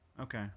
Okay